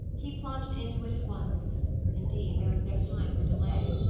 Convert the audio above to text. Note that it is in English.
he plunged into it at once indeed, there was no time for delay.